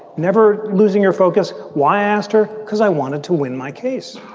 never losing her focus why ask her? because i wanted to win my case,